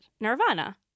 nirvana